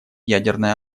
ядерное